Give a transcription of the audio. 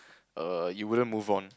err you wouldn't move on